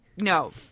no